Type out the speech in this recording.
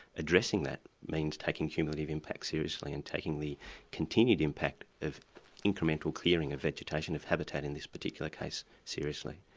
addressing that, means taking cumulative impact seriously, and taking the continued impact of incremental clearing of vegetation, of habitat in this particular case, seriously.